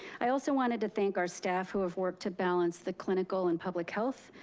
i also wanted to thank our staff, who have worked to balance the clinical and public health